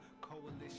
Coalition